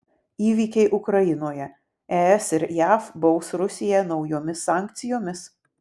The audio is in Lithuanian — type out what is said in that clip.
įvykiai ukrainoje es ir jav baus rusiją naujomis sankcijomis